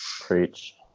Preach